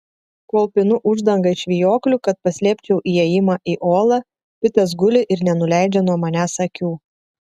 kol pinu uždangą iš vijoklių kad paslėpčiau įėjimą į olą pitas guli ir nenuleidžia nuo manęs akių